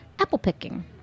apple-picking